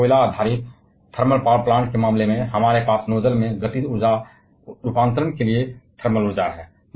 जैसे कोयला आधारित थर्मल पावर प्लांट के मामले में हमारे पास नोजल में गतिज ऊर्जा रूपांतरण के लिए थर्मल ऊर्जा है